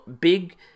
big